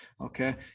okay